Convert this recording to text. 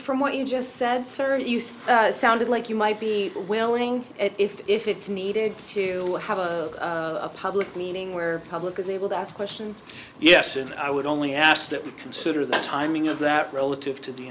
from what you just said sir to use sounded like you might be able willing if it's needed to have a public meeting where public is able to ask questions yes and i would only ask that we consider the timing of that relative to the